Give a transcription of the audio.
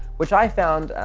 which i found,